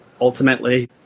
ultimately